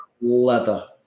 leather